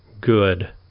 good